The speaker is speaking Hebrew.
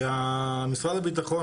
משרד הביטחון,